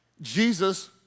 Jesus